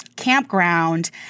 campground